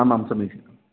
आम् आम् समीचीनं